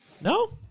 No